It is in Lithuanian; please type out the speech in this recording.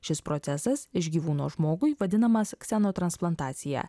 šis procesas iš gyvūno žmogui vadinamas kseno transplantacija